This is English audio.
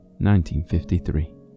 1953